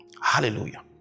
Hallelujah